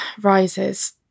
rises